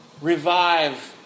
Revive